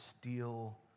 steal